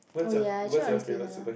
oh ya actually honestly ya lah